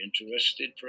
interested